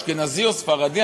אשכנזי או ספרדי,